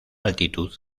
altitud